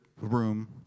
room